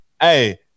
Hey